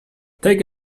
take